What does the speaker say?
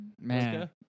Man